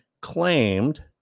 claimed